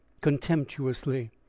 contemptuously